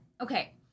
Okay